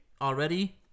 already